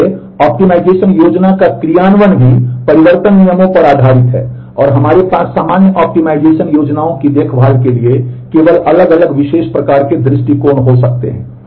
इसलिए ऑप्टिमाइजेशन योजनाओं की देखभाल के लिए केवल अलग अलग विशेष प्रकार के दृष्टिकोण हो सकते हैं